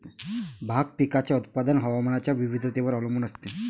भाग पिकाचे उत्पादन हवामानाच्या विविधतेवर अवलंबून असते